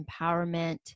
empowerment